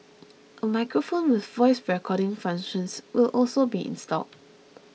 a microphone with voice recording functions will also be installed